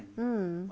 mm